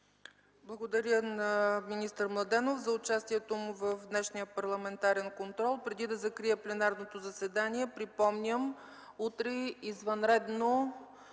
Благодаря на министър Младенов за участието му в днешния парламентарен контрол. Преди да закрия пленарното заседание, припомням – утре извънредно